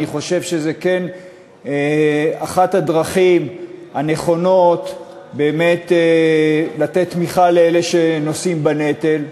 אני חושב שזו כן אחת הדרכים הנכונות באמת לתת תמיכה לאלה שנושאים בנטל.